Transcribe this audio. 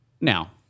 Now